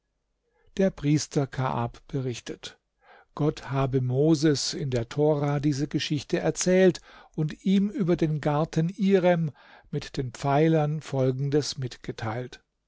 der priester kaab berichtet gott habe moses in der tora diese geschichte erzählt und ihm über den garten irem mit den pfeilern folgendes mitgeteilt